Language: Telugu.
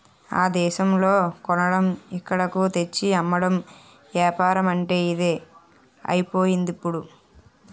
ఆ దేశంలో కొనడం ఇక్కడకు తెచ్చి అమ్మడం ఏపారమంటే ఇదే అయిపోయిందిప్పుడు